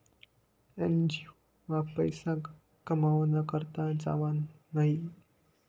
NGO मा पैसा कमावाना करता जावानं न्हयी